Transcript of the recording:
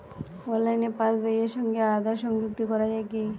অনলাইনে পাশ বইয়ের সঙ্গে আধার সংযুক্তি করা যায় কি?